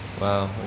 Wow